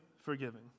forgiving